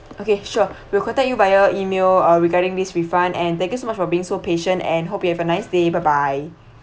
okay sure we'll contact you via email uh regarding this refund and thank you so much for being so patient and hope you have a nice day bye bye